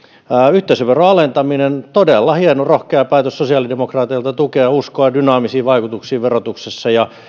yhteisöveron alentaminen todella hieno rohkea päätös sosiaalidemokraateilta uskoa dynaamisiin vaikutuksiin verotuksessa ja tukea niitä